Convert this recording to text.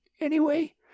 Anyway